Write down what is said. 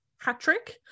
hat-trick